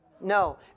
No